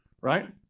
right